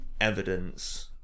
evidence